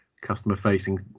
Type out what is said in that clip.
customer-facing